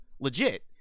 legit